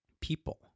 people